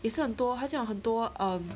也是很多他现在很多 um